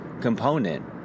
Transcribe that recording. Component